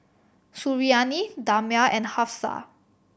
Suriani Damia and Hafsa